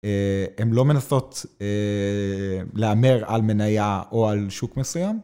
הן לא מנסות להמר על מנייה או על שוק מסוים.